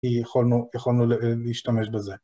יכולנו להשתמש בזה.